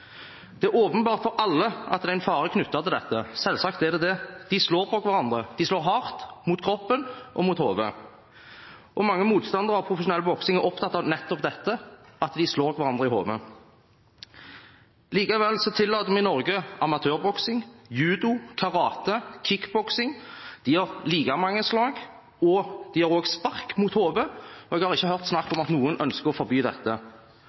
Det er åpenbart for alle at det er en fare knyttet til dette. Selvsagt er det det. De slår på hverandre. De slår hardt mot kroppen og mot hodet. Mange motstandere av profesjonell boksing er opptatt av nettopp dette, at de slår hverandre i hodet. Likevel tillater vi i Norge amatørboksing, judo, karate og kickboksing – de har like mange slag, og også spark mot hodet, og jeg har ikke hørt snakk om at noen ønsker å forby dette.